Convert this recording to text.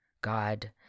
god